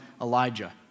Elijah